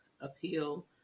appeal